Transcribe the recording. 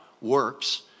works